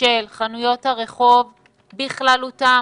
של חנויות הרחוב בכללותם,